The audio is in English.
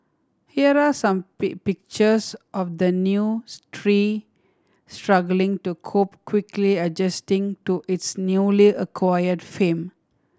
here are some pictures of the new tree struggling to cope quickly adjusting to its newly acquired fame